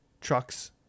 trucks